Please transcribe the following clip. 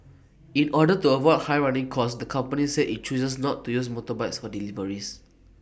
in order to avoid high running costs the company said IT chooses not to use motorbikes for deliveries